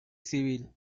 civil